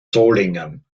solingen